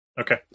Okay